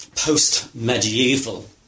Post-medieval